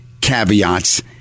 caveats